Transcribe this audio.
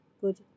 good